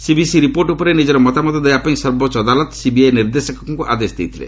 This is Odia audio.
ସିଭିସି ରିପୋର୍ଟ ଉପରେ ନିଜର ମତାମତ ଦେବାପାଇଁ ସର୍ବୋଚ୍ଚ ଅଦାଲତ ସିବିଆଇ ନିର୍ଦ୍ଦେଶକଙ୍କୁ ଆଦେଶ ଦେଇଥିଲେ